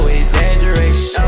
exaggeration